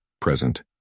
present